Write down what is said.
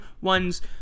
ones